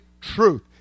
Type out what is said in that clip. truth